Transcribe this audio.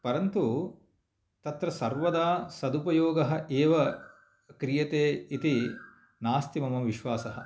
परन्तु तत्र सर्वदा सदुपयोगः एव क्रियते इति नास्ति मम विश्वासः